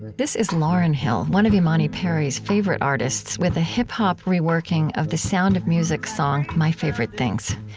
this is lauryn hill, one of imani perry's favorite artists with a hip hop reworking of the sound of music song my favorite things.